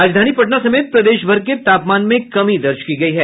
राजधानी पटना समेत प्रदेशभर के तापमान में कमी दर्ज की गयी है